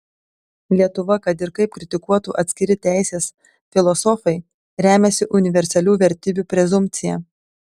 lietuva kad ir kaip kritikuotų atskiri teisės filosofai remiasi universalių vertybių prezumpcija